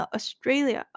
Australia 、